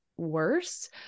worse